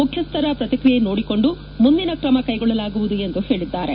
ಮುಖ್ಯಸ್ಥರ ಪ್ರತಿಕ್ರಿಯೆ ನೋಡಿಕೊಂಡು ಮುಂದಿನ ಕ್ರಮ ಕೈಗೊಳ್ಳಲಾಗುವುದು ಎಂದು ಹೇಳಿದ್ದಾರೆ